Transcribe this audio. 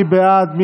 מי בעד?